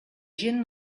gent